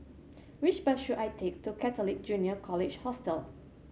which bus should I take to Catholic Junior College Hostel